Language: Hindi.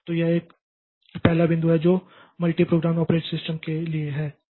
तो यह एक पहला बिंदु है जो मल्टीप्रोग्राम्ड ऑपरेटिंग सिस्टम के लिए है